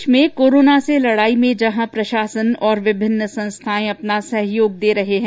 प्रदेश में कोरोना से लड़ाई में जहां प्रशासन और विभिन्न संस्थाएं अपना सहयोग दे रहे हैं